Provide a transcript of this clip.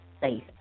safe